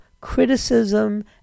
criticism